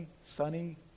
sunny